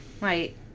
Right